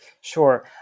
Sure